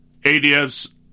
ADF's